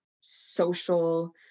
social